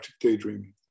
daydreaming